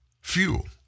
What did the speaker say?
Fuel